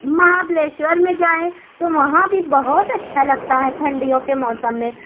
مہا بلیشور میں جائیں تو وہاں بھی بہت اچھا لگتا ہے ٹھنڈیوں کے موسم میں